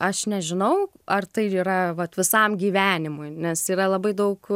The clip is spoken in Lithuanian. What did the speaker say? aš nežinau ar tai yra vat visam gyvenimui nes yra labai daug